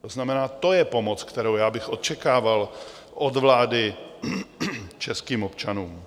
To znamená, to je pomoc, kterou já bych očekával od vlády českým občanům.